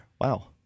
Wow